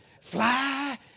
Fly